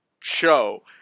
show